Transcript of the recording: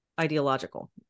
ideological